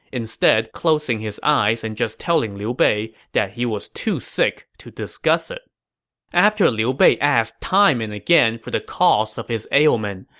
instead closing his eyes and just telling liu bei that he was too sick to discuss it after liu bei asked time and again for the cause of his ailment,